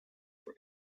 for